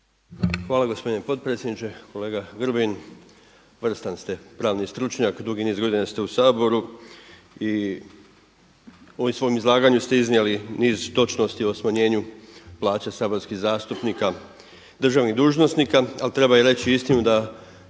Hvala gospodine potpredsjedniče, kolega Grbin. Vrstan ste pravni stručnjak, dugi niz godina ste u Saboru i u ovom svom izlaganju ste iznijeli niz točnosti o smanjenju plaća saborskih zastupnika, državnih dužnosnika, ali treba reći i istinu da